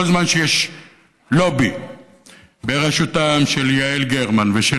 כל זמן שיש לובי בראשותם של יעל גרמן ושל